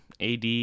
AD